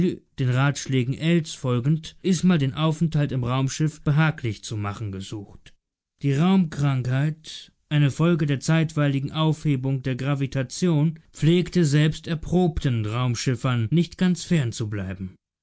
den ratschlägen ells folgend isma den aufenthalt im raumschiff behaglich zu machen gesucht die raumkrankheit eine folge der zeitweiligen aufhebung der gravitation pflegte selbst erprobten raumschiffern nicht ganz